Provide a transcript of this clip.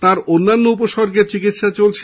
তাঁর অন্যান্য উপসর্গের চিকিৎসা চলছে